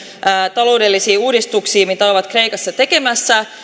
taloudellisiin uudistuksiin mitä ovat kreikassa tekemässä